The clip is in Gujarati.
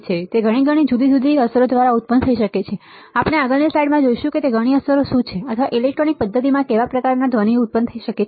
અને તે ઘણી જુદી જુદી અસરો દ્વારા ઉત્પન્ન થઈ શકે છે જે આપણે આગળની સ્લાઈડમાં જોઈશું કે તેની ઘણી અસરો શું છે અથવા ઈલેક્ટ્રોનિક પધ્ધતિમાં કેવા પ્રકારના ધ્વનિ થઈ શકે છે